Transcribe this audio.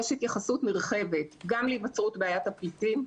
יש התייחסות נרחבת גם להיווצרות בעיית הפליטים.